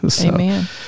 Amen